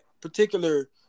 particular